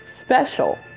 special